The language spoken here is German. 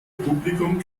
publikum